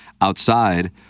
outside